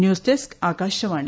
news desk Akashvani